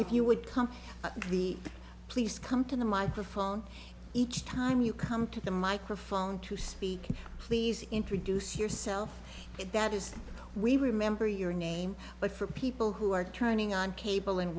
if you would come to the please come to the microphone each time you come to the microphone to speak please introduce yourself if that is we remember your name but for people who are turning on cable and